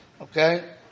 Okay